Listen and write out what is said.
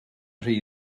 rhy